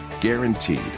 guaranteed